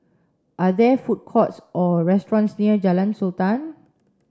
are there food courts or restaurants near Jalan Sultan